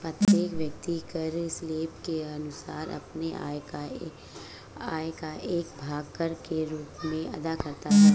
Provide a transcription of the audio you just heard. प्रत्येक व्यक्ति कर स्लैब के अनुसार अपनी आय का एक भाग कर के रूप में अदा करता है